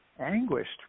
anguished